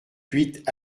huit